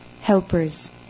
helpers